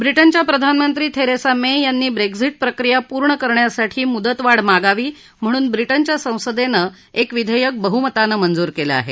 व्रिटनच्या परधानमंत्री Theresa May यांनी Brexit प्रक्रिया पूर्ण करण्यासाठी मुदतवाढ मागावी म्हणून ब्रिटनच्या संसदेन एक विधेयक बहुमताने मंजूर केलं आहे